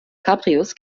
cabrios